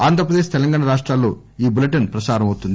ఆంధ్రప్రదేశ్ తెలంగాణ రాష్టాల్లో బులిటెన్ ప్రసారమౌతుంది